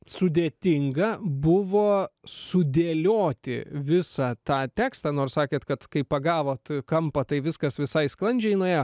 sudėtinga buvo sudėlioti visą tą tekstą nors sakėt kad kai pagavot kampą tai viskas visai sklandžiai nuėjo